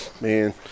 man